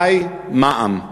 ח"י מע"מ.